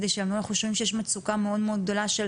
אנחנו חושבים שיש מצוקה מאוד גדולה של